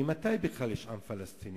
ממתי בכלל יש עם פלסטיני?